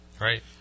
right